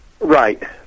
Right